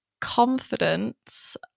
confidence